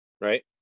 right